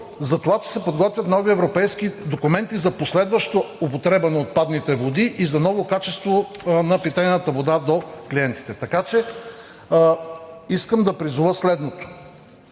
за това, че се подготвят нови европейски документи за последваща употреба на отпадните води и за ново качество на питейната вода до клиентите. Така че искам да призова следното